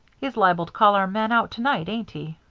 he's liable to call our men out to-night, ain't he?